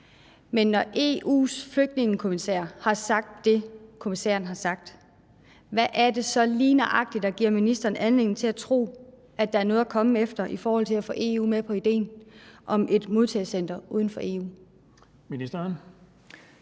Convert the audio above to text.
Men når EU's flygtningekommissær har sagt det, kommissæren har sagt, hvad er det så lige nøjagtig, der giver ministeren anledning til at tro, at der er noget at komme efter i forhold til at få EU med på ideen om et modtagecenter uden for